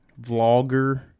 vlogger